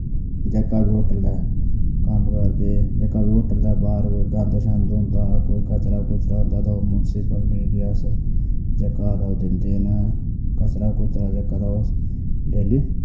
जेह्का बी होटल दा कम्म काज जेह्का बी होटल दे बाह्र गंद शंद होंदा कोई कचरा कुचरा होंदा तां ओह् मुंसिपल एरियास जेह्का हारा ओह् दिंदे न कचरा कुचरा जेह्का ओह् डेली